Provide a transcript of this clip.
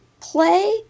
play